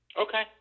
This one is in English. Okay